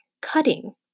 cutting